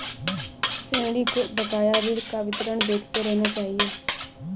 ऋणी को बकाया ऋण का विवरण देखते रहना चहिये